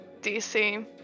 DC